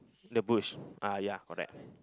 the bush ah ya correct